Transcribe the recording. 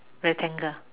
rectangle